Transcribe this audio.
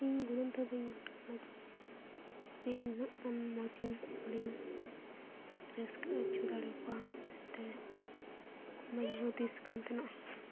ᱤᱧ ᱜᱩᱱᱟᱱ ᱛᱮᱦᱚᱸ ᱵᱟᱹᱧ ᱵᱩᱡᱷᱟᱹᱣ ᱞᱮᱱᱟ ᱡᱮ ᱡᱮ ᱱᱤᱱᱟᱹᱜ ᱜᱟᱱ ᱢᱚᱡᱽ ᱤᱧ ᱦᱚᱲᱤᱧ ᱨᱟᱹᱥᱠᱟᱹ ᱦᱚᱪᱚ ᱫᱟᱲᱮ ᱟᱠᱚᱣᱟ ᱢᱮᱱᱛᱮ ᱵᱟᱹᱧ ᱦᱩᱫᱤᱥ ᱟᱠᱟᱱ ᱛᱟᱦᱮᱱᱟ